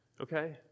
okay